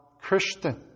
Christian